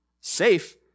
Safe